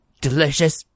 delicious